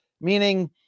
Meaning